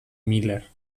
miller